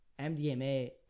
MDMA